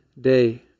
day